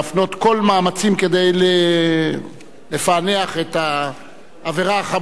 מאמצים כדי לפענח את העבירה החמורה הזאת.